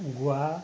Goa